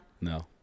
No